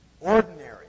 Ordinary